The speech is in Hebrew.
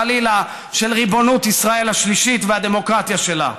חלילה, את ריבונות ישראל השלישית והדמוקרטיה שלה.